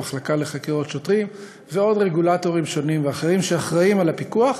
המחלקה לחקירות שוטרים ועוד רגולטורים שונים שאחראים לפיקוח